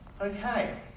Okay